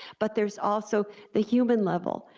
but there's also the human level,